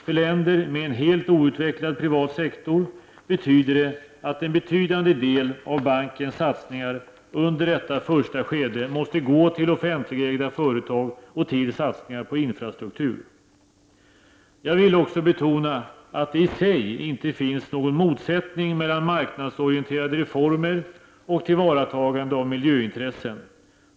För länder med en helt outvecklad privat sektor betyder det att en betydande del av bankens satsningar under detta första skede måste gå till offentligägda företag och till satsningar på infrastruktur. Jag vill också betona att det i sig inte finns någon motsättning mellan marknadsorienterade reformer och tillvaratagande av miljöintressen.